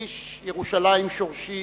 איש ירושלים שורשי